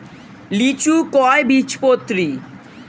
লিচু কয় বীজপত্রী?